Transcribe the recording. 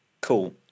Cool